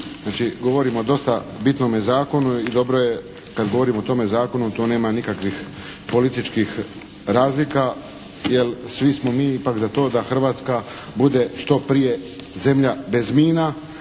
Znači govorimo o dosta bitnome zakonu i dobro je kada govorimo o tome zakonu to nema nikakvih političkih razlika jer svi smo mi ipak za to da Hrvatska bude što prije zemlja bez mina,